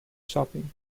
shopping